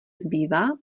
zbývá